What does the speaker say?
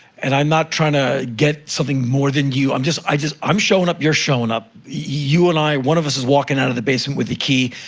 and i'm not trying to get something more than you. i'm just i just i'm showin' up, you're showin' up. you and i, one of us walking out of the basement with a key.